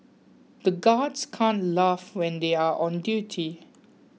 the guards can't laugh when they are on duty